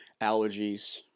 allergies